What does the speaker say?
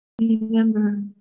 Remember